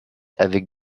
avec